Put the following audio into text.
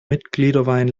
mitgliederwein